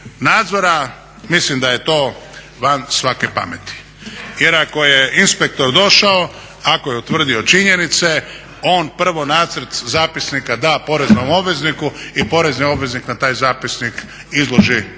nazora, mislim da je to van svake pameti jer ako je inspektor došao, ako je utvrdio činjenice on prvo nacrt zapisnika da poreznom obvezniku i porezni obveznik na taj zapisnik izloži svoje